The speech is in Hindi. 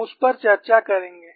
हम उस पर चर्चा करेंगे